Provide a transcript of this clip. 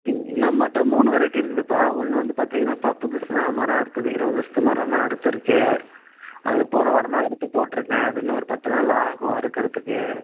ம் நம்மகிட்ட மூணு வெரைட்டி இருக்குதுப்பா ஒன்று வந்து பார்த்தீங்கன்னா இப்போ புதுசு தான் மரம் அறுத்தது இருவது வருஷத்து மரம் தான் அறுத்துருக்கு அது போன வாரம் தான் அறுத்து போட்டுருக்கேன் அது இன்னும் ஒரு பத்து நாள் ஆகும் அறுக்கறதுக்கு